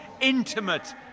intimate